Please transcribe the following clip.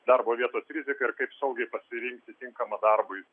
darbo vietos riziką ir kaip saugiai pasirinkti tinkamą darbui